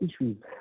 issues